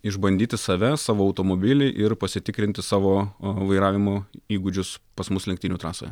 išbandyti save savo automobilį ir pasitikrinti savo vairavimo įgūdžius pas mus lenktynių trasoje